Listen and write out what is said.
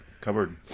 cupboard